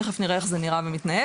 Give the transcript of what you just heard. תכף נראה איך זה נראה ומתנהג,